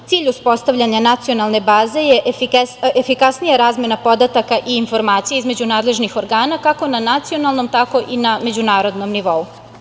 Cilj uspostavljanja Nacionalne baze je efikasnija razmena podataka i informacija između nadležnih organa, kako na nacionalnom, tako i na međunarodnom nivou.